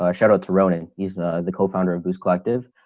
ah shout out to ronan. he's the co founder of boost collective.